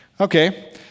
Okay